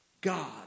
God